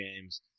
games